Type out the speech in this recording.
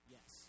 Yes